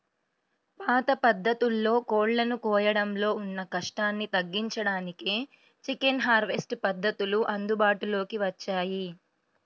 పాత పద్ధతుల్లో కోళ్ళను కోయడంలో ఉన్న కష్టాన్ని తగ్గించడానికే చికెన్ హార్వెస్ట్ పద్ధతులు అందుబాటులోకి వచ్చాయి